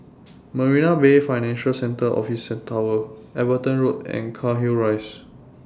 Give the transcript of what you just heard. Marina Bay Financial Centre Office Tower Everton Road and Cairnhill Rise